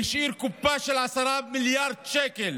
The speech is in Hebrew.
שהשאיר קופה של 10 מיליארד שקל